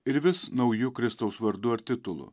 ir vis nauju kristaus vardu ar titulu